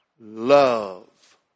love